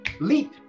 leap